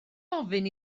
ofyn